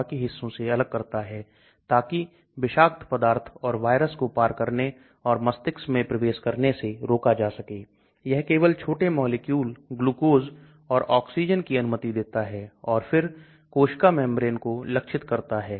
इसका मतलब यह है कि OH समूह LogP की ओर कुछ मात्रा में हाइड्रोफिलिक की ओर योगदान देता है जबकि एक CH3 हाइड्रोफोबिक की ओर अधिक योगदान दे सकता है जिसे group contribution method कहा जाता है